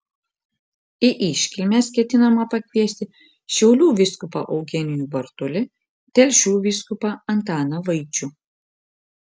į iškilmes ketinama pakviesti šiaulių vyskupą eugenijų bartulį telšių vyskupą antaną vaičių